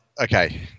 Okay